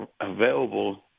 available